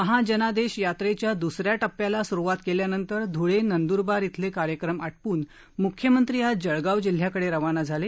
महाजनादेश यात्रेच्या द्सऱ्या टप्प्याला सुरुवात केल्यानंतर ध्ळे नंद्रबार इथले कार्यक्रम आटोपून म्ख्यमत्री आज जळगाव जिल्ह्याकडे रवाना झाले